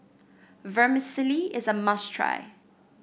vermicelli is a must try